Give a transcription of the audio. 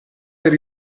per